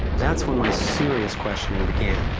that's when my serious questioning began.